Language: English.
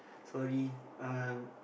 sorry um